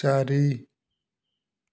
ଚାରି